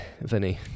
Vinny